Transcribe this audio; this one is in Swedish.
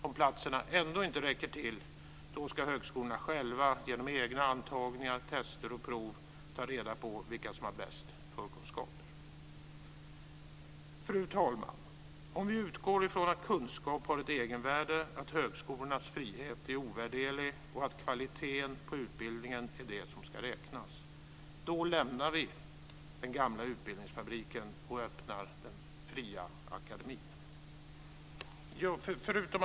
Om platserna ändå inte räcker till ska högskolorna själva genom egna antagningar, test och prov ta reda på vilka som har bäst förkunskaper. Fru talman! Om vi utgår från att kunskap har ett egenvärde, att högskolornas frihet är ovärderlig och att kvaliteten på utbildningen är det som ska räknas, då lämnar vi den gamla utbildningsfabriken och öppnar den fria akademin.